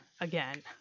again